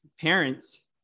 parents